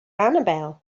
annabelle